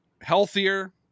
healthier